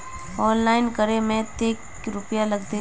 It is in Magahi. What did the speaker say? ऑनलाइन करे में ते रुपया लगते?